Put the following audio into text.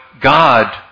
God